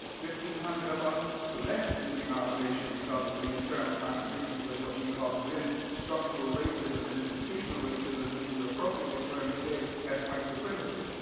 hundred of us left the denomination because of the internal contradictions of what we called then structural racism and institutional racism, which we appropriately term today as white supremacy.